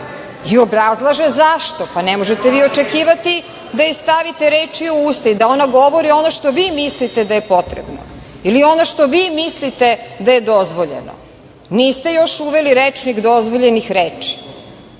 i obrazlaže zašto, pa ne možete vi očekivati da joj stavite reči u usta i da ona govori ono što vi mislite da je potrebno ili ono što vi mislite da je dozvoljeno niste još uveli rečnik dozvoljenih reči,